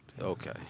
Okay